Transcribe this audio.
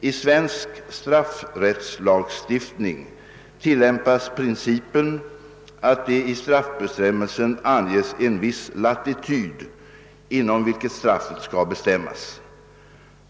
I svensk straffrättslagstiftning tillämpas principen att det i straffbestämmelsen anges en viss latitud, inom vilken straffet skall bestämmas.